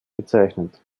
bezeichnet